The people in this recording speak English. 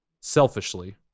selfishly